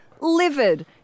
livid